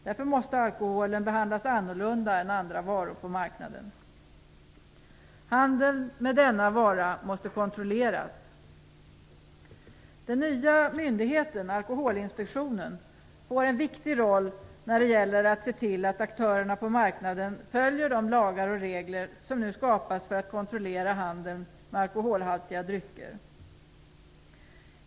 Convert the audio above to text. Därför måste alkoholen behandlas annorlunda än andra varor på marknaden. Handeln med denna vara måste kontrolleras. Den nya myndigheten, Alkoholinspektionen, får en viktig roll när det gäller att se till att aktörerna på marknaden följer de lagar och regler som nu skapas för att kontrollera handeln med alkoholhaltiga drycker.